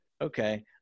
okay